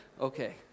Okay